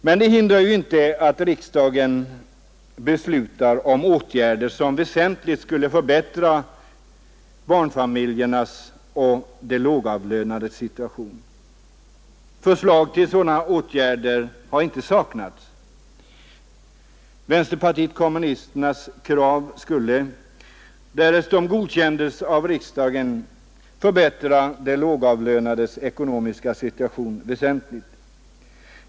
Men det hindrar ju inte att riksdagen beslutar om åtgärder som väsentligt skulle förbättra barnfamiljernas och de lågavlönades situation. Förslag till sådana åtgärder har inte saknats. Vänsterpartiet kommunisternas krav skulle, därest det godkändes av riksdagen, förbättra de lågavlönades ekonomiska situation väsentligt.